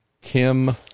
kim